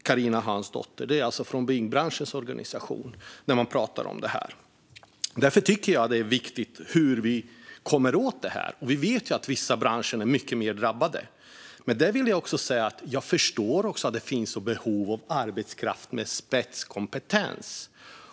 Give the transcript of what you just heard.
Jag tycker att det är viktigt att vi kommer åt detta. Vi vet att vissa branscher är mycket mer drabbade. Jag vill dock också säga att jag förstår att det finns behov av arbetskraft med spetskompetens.